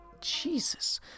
Jesus